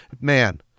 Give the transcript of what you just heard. Man